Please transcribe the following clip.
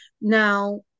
now